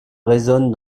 résonne